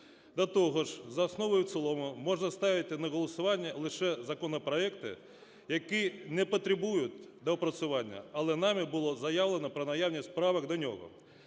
До того ж за основу і в цілому можна ставити на голосування лише законопроекти, які не потребують доопрацювання, але нами було заявлено про наявність правок до нього.